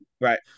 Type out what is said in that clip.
Right